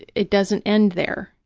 it doesn't end there.